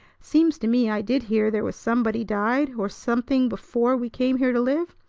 seems to me i did hear there was somebody died or something before we came here to live,